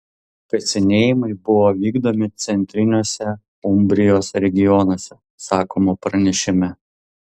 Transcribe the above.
kasinėjimai buvo vykdomi centriniuose umbrijos regionuose sakoma pranešime